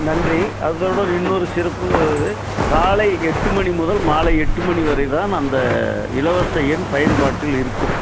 நன்றி அதோடு இன்னோரு சிறப்பு இது காலை எட்டு மணி முதல் மாலை எட்டு மணி வரைதான் அந்த இலவச எண் பயன்பாட்டில் இருக்கும்